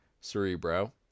cerebro